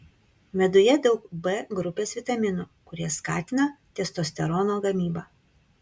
meduje daug b grupės vitaminų kurie skatina testosterono gamybą